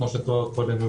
כמו שתואר קודם,